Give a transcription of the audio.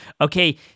Okay